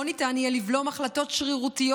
לא ניתן יהיה לבלום החלטות שרירותיות